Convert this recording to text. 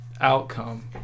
outcome